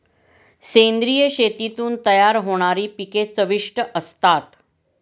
सेंद्रिय शेतीतून तयार होणारी पिके चविष्ट असतात